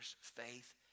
faith